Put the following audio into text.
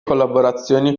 collaborazioni